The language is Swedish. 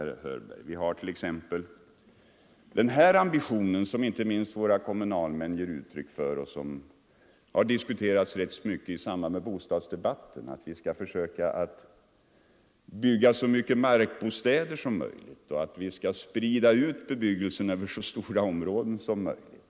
På många håll finns t.ex. den Fredagen den ambitionen, som inte minst folkpartiets kommunalmän ger uttryck för 6 december 1974 och som har diskuterats rätt mycket i samband med bostadsdebatten, = nämligen att vi skall försöka bygga så mycket markbostäder som möjligt — Ang. jordbrukspolioch att vi skall sprida ut bebyggelsen över så stora områden som möjligt.